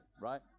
right